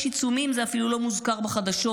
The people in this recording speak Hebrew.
יש עיצומים, זה אפילו לא מוזכר בחדשות.